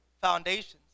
foundations